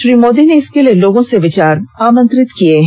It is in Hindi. श्री मोदी ने इसके लिए लोगों से विचार आमंत्रित किए हैं